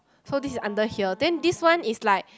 so this is under here then this one is like